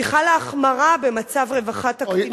כי חלה החמרה במצב רווחת הקטינים בישראל,